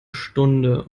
stunde